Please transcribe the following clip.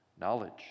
knowledge